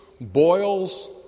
Boils